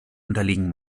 unterliegen